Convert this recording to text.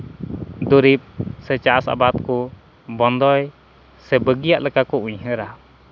ᱫᱚᱨᱤᱵ ᱥᱮ ᱪᱟᱥ ᱟᱵᱟᱫ ᱠᱚ ᱵᱚᱱᱫᱚᱭ ᱥᱮ ᱵᱟᱹᱜᱤᱭᱟᱜ ᱞᱮᱠᱟ ᱠᱚ ᱩᱭᱦᱟᱹᱨᱟ